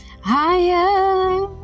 higher